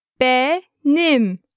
Benim